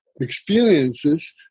experiences